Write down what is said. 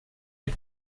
est